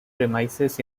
premises